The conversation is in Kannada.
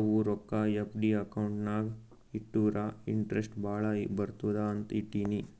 ಅವು ರೊಕ್ಕಾ ಎಫ್.ಡಿ ಅಕೌಂಟ್ ನಾಗ್ ಇಟ್ಟುರ ಇಂಟ್ರೆಸ್ಟ್ ಭಾಳ ಬರ್ತುದ ಅಂತ್ ಇಟ್ಟೀನಿ